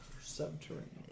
Subterranean